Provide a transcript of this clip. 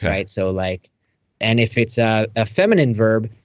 right? so like and if it's a ah feminine verb,